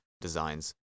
designs